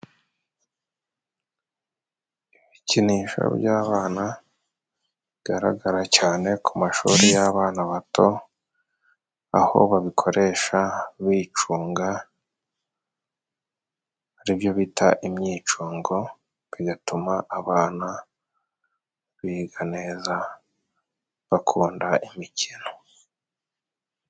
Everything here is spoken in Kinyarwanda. Ibikinisho by'abana bigaragara cyane ku mashuri g'abana bato, aho babikoresha bicunga, aribyo bita imyicungo, bigatuma abana biga neza bakunda imikino.